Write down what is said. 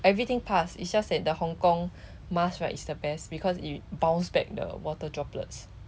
everything passed it's just that the hong-kong mask right is the best because it bounce back the water droplets